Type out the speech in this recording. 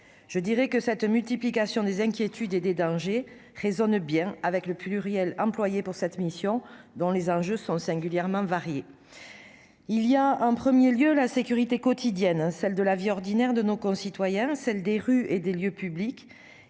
». Cette multiplication des inquiétudes et des dangers résonne bien avec le pluriel employé dans l'intitulé de cette mission, dont les enjeux sont singulièrement variés. En premier lieu, il y a la sécurité quotidienne : celle de la vie ordinaire de nos concitoyens, des rues et des lieux publics,